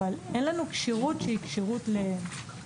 אבל אין לנו כשירות שהיא כשירות ---.